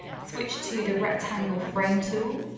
switch to the rectangle frame tool